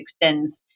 extends